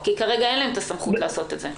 כי כרגע אין להם סמכות לעשות את זה.